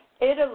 Italy